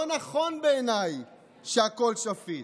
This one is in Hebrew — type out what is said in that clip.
לא נכון בעיניי שהכול שפיט.